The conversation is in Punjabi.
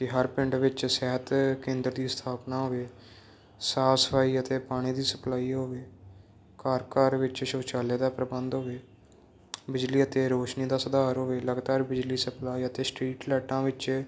ਹਰ ਪਿੰਡ ਵਿੱਚ ਸਿਹਤ ਕੇਂਦਰ ਦੀ ਸਥਾਪਨਾ ਹੋਵੇ ਸਾਫ਼ ਸਫਾਈ ਅਤੇ ਪਾਣੀ ਦੀ ਸਪਲਾਈ ਹੋਵੇ ਘਰ ਘਰ ਵਿੱਚ ਸ਼ੋਚਾਲਯਾ ਦਾ ਪ੍ਰਬੰਧ ਹੋਵੇ ਬਿਜਲੀ ਅਤੇ ਰੋਸ਼ਨੀ ਦਾ ਸੁਧਾਰ ਹੋਵੇਗਾ ਬਿਜਲੀ ਸਪਲਾਈ ਅਤੇ ਸਟਰੀਟ ਲਾਈਟਾਂ ਵਿੱਚ